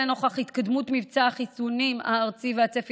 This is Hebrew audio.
לנוכח התקדמות מבצע החיסונים הארצי והצפי